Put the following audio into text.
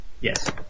Yes